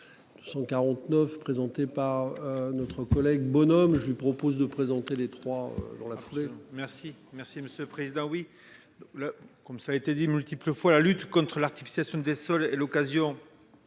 149 présentée par. Notre collègue bonhomme je lui propose de présenter les trois dans la foulée. Merci, merci Monsieur Président oui le comme ça a été dit multiples fois la lutte contre l'artifice des sols et l'occasion.